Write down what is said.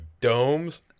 domes